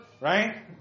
right